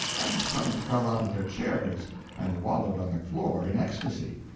and some fell out of their chairs and wallowed on the floor in ecstasy.